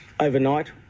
Overnight